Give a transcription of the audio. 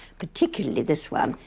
particularly this one,